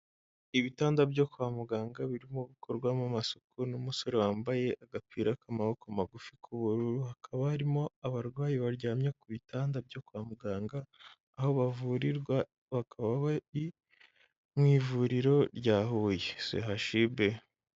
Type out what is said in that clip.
Ibitanda byo kwa muganga birimo gukorwamo amasuku n'umusore wambaye agapira k'amaboko magufi k'ubururu, hakaba harimo abarwayi baryamye ku bitanda byo kwa muganga aho bavurirwa, bakaba bari mu ivuriro rya Huye sehashibe.